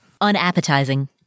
unappetizing